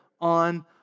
on